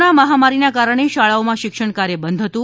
corona મહામારીના કારણે શાળાઓમાં શિક્ષણકાર્ય બંધ હતું